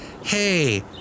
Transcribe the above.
Hey